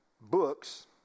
books